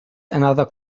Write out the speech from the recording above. another